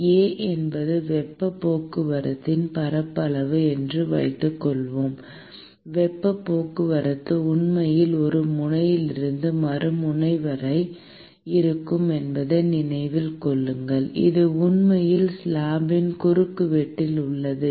A என்பது வெப்பப் போக்குவரத்தின் பரப்பளவு என்று வைத்துக் கொள்வோம் வெப்பப் போக்குவரத்து உண்மையில் ஒரு முனையிலிருந்து மறுமுனை வரை இருக்கும் என்பதை நினைவில் கொள்ளுங்கள் இது உண்மையில் ஸ்லாப்பின் குறுக்குவெட்டுகளில் உள்ளது